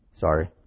Sorry